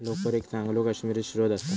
लोकर एक चांगलो काश्मिरी स्त्रोत असा